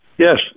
Yes